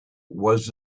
was